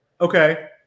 Okay